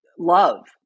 love